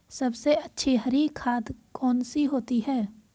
सबसे अच्छी हरी खाद कौन सी होती है?